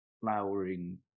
flowering